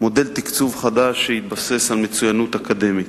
מודל תקצוב חדש שיתבסס על מצוינות אקדמית.